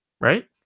right